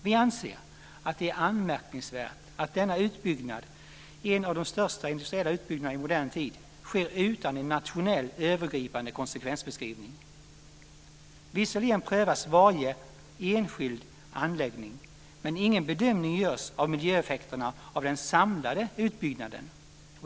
Vi anser att det är anmärkningsvärt att denna utbyggnad - en av de största industriella utbyggnaderna i modern tid - sker utan en nationell övergripande konsekvensbeskrivning. Visserligen prövas varje enskild anläggning, men ingen bedömning görs av miljöeffekterna av den samlade utbyggnaden.